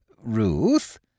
Ruth